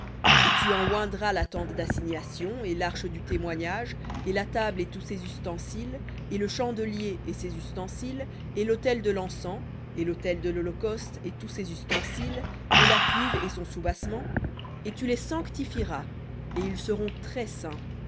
et tu en oindras la tente d'assignation et l'arche du témoignage et la table et tous ses ustensiles et le chandelier et ses ustensiles et l'autel de lencens et l'autel de l'holocauste et tous ses ustensiles et la cuve et son soubassement et tu les sanctifieras et